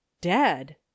Dead